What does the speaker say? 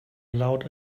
loud